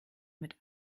mit